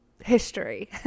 history